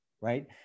Right